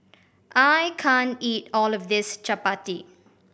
I can't eat all of this chappati